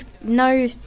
no